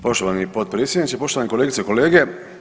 Poštovani potpredsjedniče, poštovane kolegice i kolege.